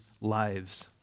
lives